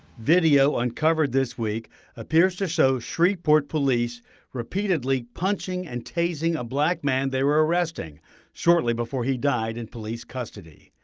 video uncovered this week appears to show shreveport police repeatedly punching and tasing a black man they were arresting shortly before he died in police custody.